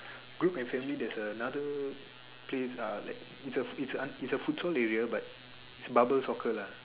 group and family there's another place uh like it's a it's a it's a futsal area but it's bubble soccer lah